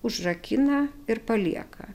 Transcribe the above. užrakina ir palieka